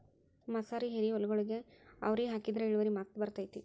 ಮಸಾರಿ ಎರಿಹೊಲಗೊಳಿಗೆ ಅವ್ರಿ ಹಾಕಿದ್ರ ಇಳುವರಿ ಮಸ್ತ್ ಬರ್ತೈತಿ